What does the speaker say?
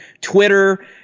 Twitter